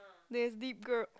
that's deep girl